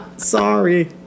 Sorry